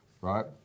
Right